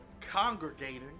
congregating